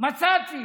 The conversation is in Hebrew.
מצאתי: